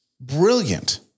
Brilliant